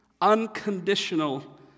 unconditional